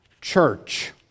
church